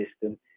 system